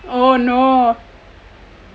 oh no